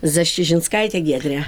zasčiužinskaitė giedrė